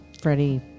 Freddie